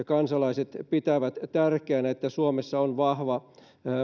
kansalaiset pitävät tärkeänä että suomessa on vahva